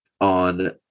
on